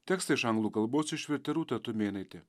tekstą iš anglų kalbos išvertė rūta tumėnaitė